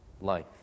life